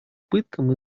пыткам